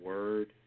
Word